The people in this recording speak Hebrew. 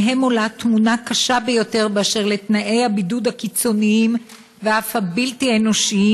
שמהם עולה תמונה קשה באשר לתנאי הבידוד הקיצוניים ואף הבלתי-אנושיים